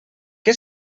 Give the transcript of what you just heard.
què